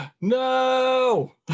No